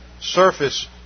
surface